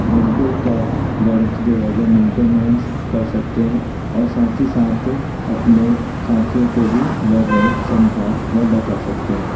घंटों का गणित जो है वह मिनटों में कर सकते हैं और साथ ही साथ अपने साथियों को भी वह गणित समझा वह बता सकते हैं